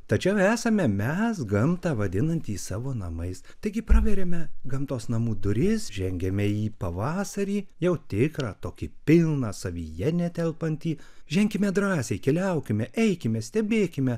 tačiau esame mes gamtą vadinantys savo namais taigi praveriame gamtos namų duris žengiame į pavasarį jau tikrą tokį pilną savyje netelpantį ženkime drąsiai keliaukime eikime stebėkime